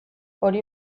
hori